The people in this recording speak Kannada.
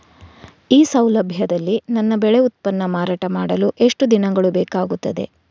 ಈ ಸೌಲಭ್ಯದಲ್ಲಿ ನನ್ನ ಬೆಳೆ ಉತ್ಪನ್ನ ಮಾರಾಟ ಮಾಡಲು ಎಷ್ಟು ದಿನಗಳು ಬೇಕಾಗುತ್ತದೆ?